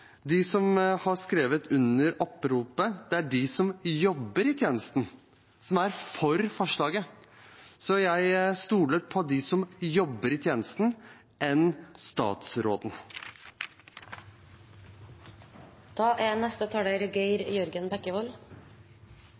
De som har skrevet under på oppropet, jobber i tjenesten. De er for forslaget. Jeg stoler mer på dem som jobber i tjenesten, enn på statsråden.